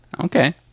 Okay